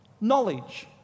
knowledge